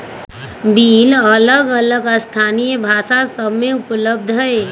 bill अलग अलग स्थानीय भाषा सभ में उपलब्ध हइ